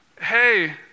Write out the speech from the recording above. hey